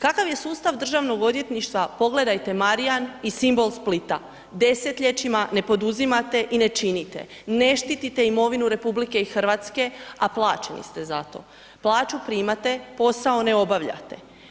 Kakav je sustav državnog odvjetništva pogledajte Marjan i simbol Splita, desetljećima ne poduzimate i ne činite, ne štitite imovinu RH, a plaćeni ste za to, plaću primate, posao ne obavljate.